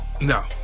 no